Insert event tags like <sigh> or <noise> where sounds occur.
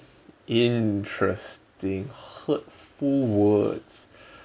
interesting hurtful words <breath>